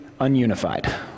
ununified